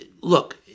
look